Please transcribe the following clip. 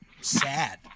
sad